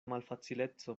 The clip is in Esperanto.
malfacileco